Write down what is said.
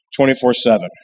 24-7